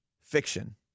fiction